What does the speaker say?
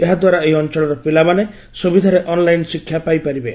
ଏହାଦ୍ୱାରା ଏହି ଅଞ୍ଞଳର ପିଲାମାନେ ସୁବିଧାରେ ଅନ୍ଲାଇନ୍ ଶିକ୍ଷା ପାଇପାରିବେ